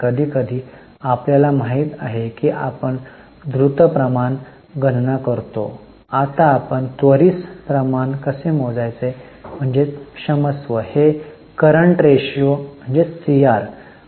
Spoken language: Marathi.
कधीकधी आपल्याला माहित आहे की आपण द्रुत प्रमाण गणना करतो आता आपण त्वरित प्रमाण कसे मोजायचे म्हणजे क्षमस्व हे करंट रेशो Current Ratio आहे